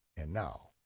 and now,